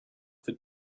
that